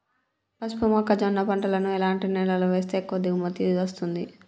పసుపు మొక్క జొన్న పంటలను ఎలాంటి నేలలో వేస్తే ఎక్కువ దిగుమతి వస్తుంది?